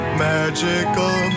magical